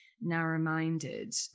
Narrow-minded